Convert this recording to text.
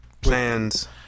Plans